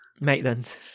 Maitland